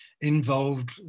involved